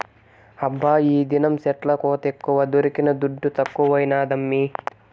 హబ్బా ఈదినం సెట్ల కోతెక్కువ దొరికిన దుడ్డు తక్కువైనాదమ్మీ